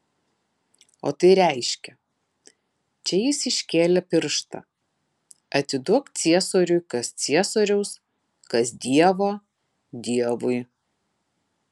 o tai reiškia čia jis iškėlė pirštą atiduok ciesoriui kas ciesoriaus kas dievo dievui